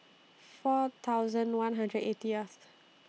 four thousand one hundred and eightieth